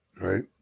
right